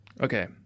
Okay